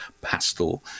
pastel